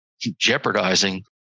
jeopardizing